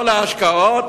להשקעות.